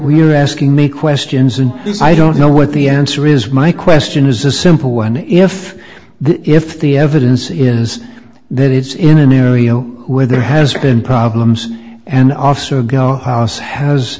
we're asking me questions in this i don't know what the answer is my question is a simple one if the if the evidence is there it's in an area where there has been problems and also go house has